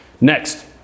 Next